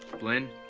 blynn.